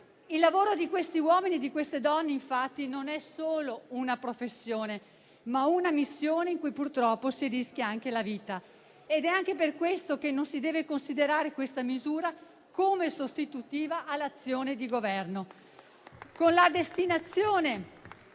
Il lavoro di questi uomini e di queste donne, infatti, non è solo una professione, ma una missione in cui purtroppo si rischia anche la vita e anche per questo non si deve considerare questa misura come sostitutiva all'azione di Governo